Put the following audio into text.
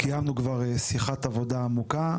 קיימנו כבר שיחת עבודה עמוקה,